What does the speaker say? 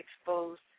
exposed